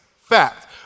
Fact